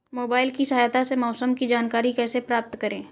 Mobile की सहायता से मौसम की जानकारी कैसे प्राप्त करें?